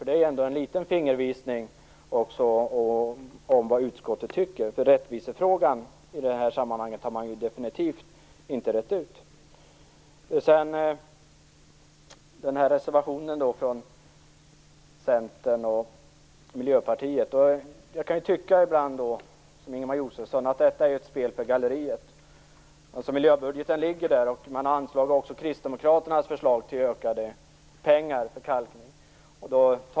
Det är ändå en liten fingervisning om vad utskottet tycker. Rättvisefrågan i det här sammanhanget har man definitivt inte rett ut. Miljöpartiet kan jag ibland som Ingemar Josefsson tycka att det är fråga om ett spel för galleriet. Miljöbudgeten föreligger, och man har antagit kristdemokraternas förslag till ökade medel för kalkning.